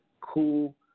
cool